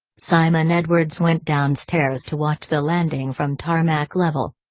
simon edwards went downstairs to watch the landing from tarmac level.